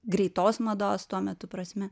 greitos mados tuo metu prasme